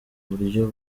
buryo